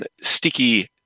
sticky